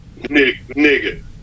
Nigga